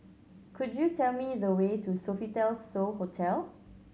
could you tell me the way to Sofitel So Hotel